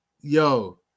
Yo